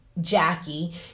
Jackie